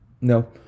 No